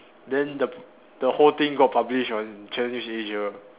then the the whole thing got published on Channel News Asia